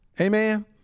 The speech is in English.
Amen